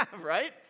Right